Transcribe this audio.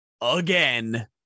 again